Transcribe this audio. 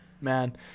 man